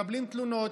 מקבלים תלונות.